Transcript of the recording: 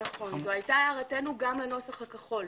נכון, זו היתה הערתנו גם לנוסח הכחול.